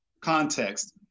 context